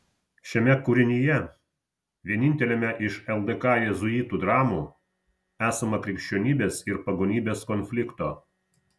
šiame kūrinyje vieninteliame iš ldk jėzuitų dramų esama krikščionybės ir pagonybės konflikto